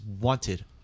wanted—